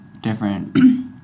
different